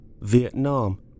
Vietnam